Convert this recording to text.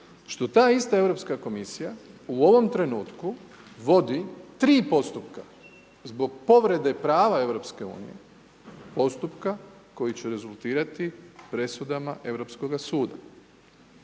što ta ista Europska komisija u ovom trenutku vodi 3 postupka zbog povrede prava EU-a, postupka koji će rezultirati presudama Europskoga suda.